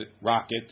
Rocket